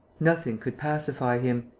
nothing could pacify him.